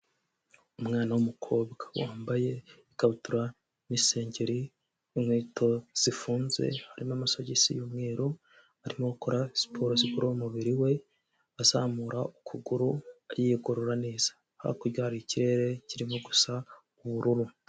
Umwana w’umukobwa wambaye ikabutura n'isengeri n'inkweto zifunze harimo amasogisi y’umweru arimo arimo gukora siporo zigorora umubiri we azamura ukuguru yigorora neza. Hakurya hari ikirere kirimo gusa ubururu.